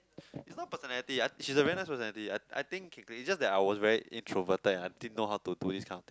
it's not personality I she's a very nice personality I I think it's just that I was very introverted and I didn't know how to do this kind of thing